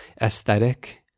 aesthetic